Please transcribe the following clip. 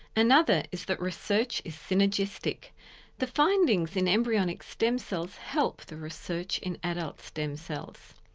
another is that research is synergistic the findings in embryonic stem cells help the research in adult stem cells.